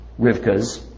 Rivka's